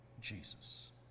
Jesus